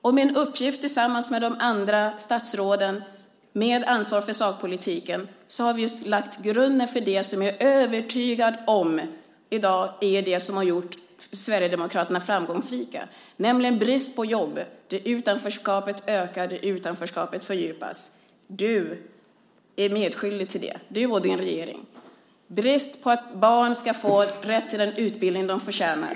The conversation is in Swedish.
Jag har tillsammans med de andra statsråden med ansvar för sakpolitiken lagt grunden för att ta itu med det som jag är övertygad om har gjort Sverigedemokraterna framgångsrika, nämligen bristen på jobb som gör att utanförskapet ökar och fördjupas. Du och din regering är medskyldiga till detta. Barn ska ha rätt till den utbildning som de förtjänar.